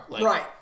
Right